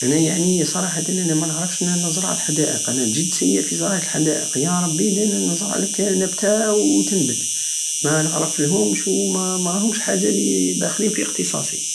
انا يعني صراحتا انا منعرفش نزرع الحدائق انا جد سيء في زراعة الحدائق ياربي ادا نزرعلك نبة وتنبت منعرفلهمش وما- مهمش حاجة الي داخلة في اختصاصي